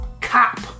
cop